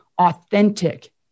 authentic